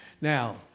Now